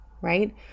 right